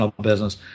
business